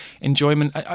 Enjoyment